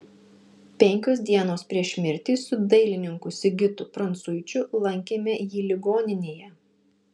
penkios dienos prieš mirtį su dailininku sigitu prancuičiu lankėme jį ligoninėje